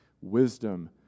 Wisdom